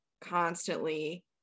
constantly